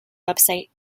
website